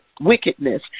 wickedness